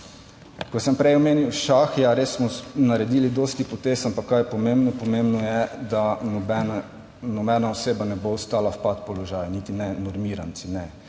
Kot sem prej omenil šah. Ja, res smo naredili dosti potez, ampak kaj je pomembno? Pomembno je, da nobena, nobena oseba ne bo ostala v pat položaj, niti ne normiranci,